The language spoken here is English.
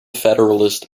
federalist